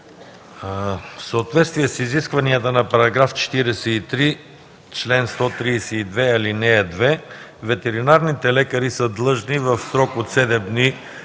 В съответствие с изискванията на § 43, чл. 132, ал. 2 ветеринарните лекари са длъжни в срок от 7 дни